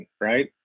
right